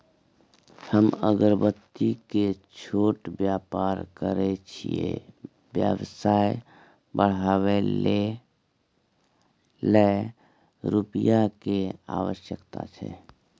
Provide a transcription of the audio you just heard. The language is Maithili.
हम अगरबत्ती के छोट व्यापार करै छियै व्यवसाय बढाबै लै रुपिया के आवश्यकता छै?